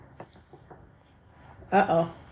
Uh-oh